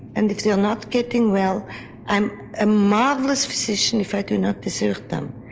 and if they're not getting well i'm a marvellous physician if i do not desert them.